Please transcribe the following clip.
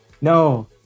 No